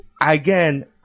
again